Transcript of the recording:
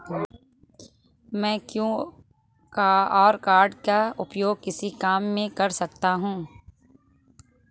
मैं QR code का उपयोग किस काम में कर सकता हूं?